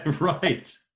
Right